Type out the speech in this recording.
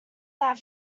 that